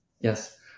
yes